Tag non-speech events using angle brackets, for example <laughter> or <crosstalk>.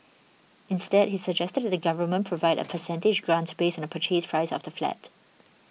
instead he suggested that the Government Provide a <noise> percentage grant based on the Purchase Price of the flat